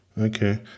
Okay